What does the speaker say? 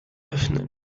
öffnen